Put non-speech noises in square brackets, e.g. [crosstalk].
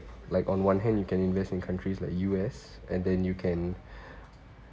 like on one hand you can invest in countries like U_S and then you can [breath]